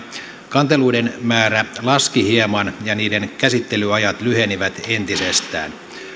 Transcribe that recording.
kanteluiden määrä laski hieman ja niiden käsittelyajat lyhenivät entisestään